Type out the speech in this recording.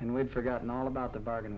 and we'd forgotten all about the bargain